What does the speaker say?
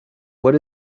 what